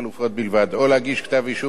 או להגיש כתב-אישום או לסגור את התיק,